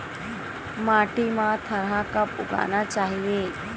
माटी मा थरहा कब उगाना चाहिए?